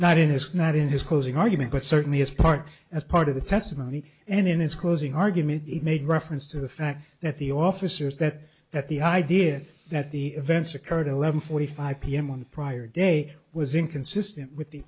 not in his not in his closing argument but certainly as part as part of the testimony and in his closing argument it made reference to the fact that the officers that that the idea that the events occurred at eleven forty five pm on prior day was inconsistent with the